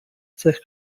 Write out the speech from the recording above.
cech